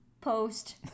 post